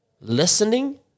listening